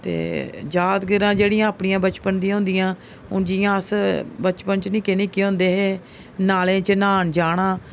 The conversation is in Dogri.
ते जादगिरां जेह्ड़ियां अपनियां बचपन दियां होंदियां हून जि'यां अस बचपन च निक्के निक्के होंदे हे नालें च न्हान जाना